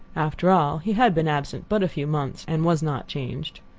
after all, he had been absent but a few months, and was not changed.